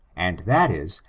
and that is,